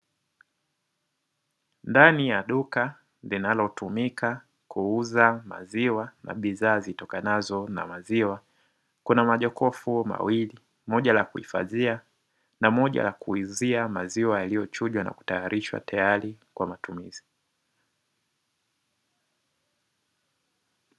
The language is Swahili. Ndani ya duka linalotumika kuuza maziwa na bidhaa zitokanazo na maziwa, kuna majokofu mawili moja la kuhifadhia na moja la kuuzia maziwa yaliyochujwa na kutayarishwa tayari kwa matumizi.